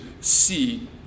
see